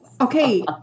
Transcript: okay